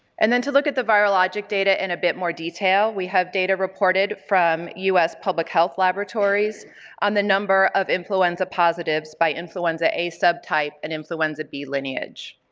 and then to look at the virologic data in a bit more detail we have data reported from us public health laboratories on the number of influenza positives by influenza a subtype and influenza b lineage.